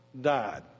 died